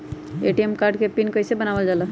ATM card के PIN कैसे बनावल जाला?